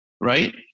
right